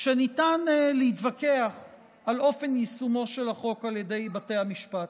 שניתן להתווכח על אופן יישומו של החוק על ידי בתי המשפט.